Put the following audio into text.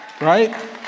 right